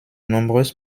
nombreuses